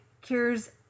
cures